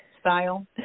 style